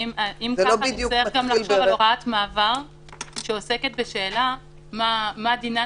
ואם ככה נצטרך גם לחשוב על הוראת מעבר שעוסקת בשאלה מה דינן